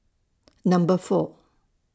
Number four